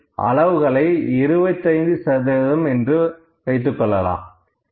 இதில் அளவுகளை 25 சதவீதம் என்று வைக்கலாம்